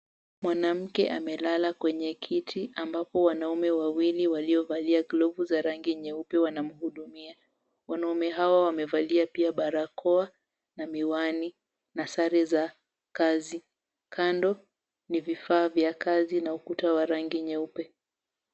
Mwanamke amelala kwenye kiti ambapo wanaume wawili waliovalia glovu za rangi nyeupe wanamhudumia. Wanaume hawa wamevalia pia barakoa na miwani na sare za kazi. Kando ni vifaa vya kazi na ukuta wa rangi nyeupe.